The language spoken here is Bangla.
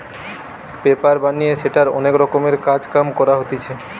পেপার বানিয়ে সেটার অনেক রকমের কাজ কাম করা হতিছে